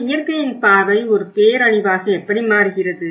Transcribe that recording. ஒரு இயற்கையின் பார்வை ஒரு பேரழிவாக எப்படி மாறுகிறது